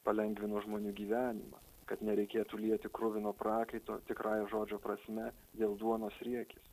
palengvino žmonių gyvenimą kad nereikėtų lieti kruvino prakaito tikrąja žodžio prasme dėl duonos riekės